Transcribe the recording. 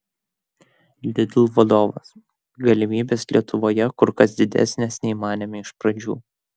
lidl vadovas galimybės lietuvoje kur kas didesnės nei manėme iš pradžių